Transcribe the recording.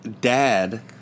dad